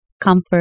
comfort